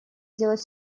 сделать